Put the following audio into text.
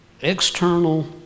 external